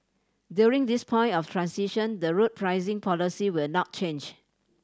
during this point of transition the road pricing policy will not change